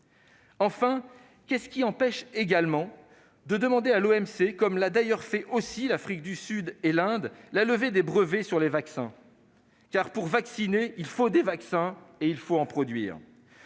Enfin, qu'est-ce qui empêche également de demander à l'Organisation mondiale du commerce (OMC), comme l'ont d'ailleurs fait aussi l'Afrique du Sud et l'Inde, la levée des brevets sur les vaccins, car pour vacciner, il faut des vaccins et il faut en produire.